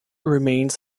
remains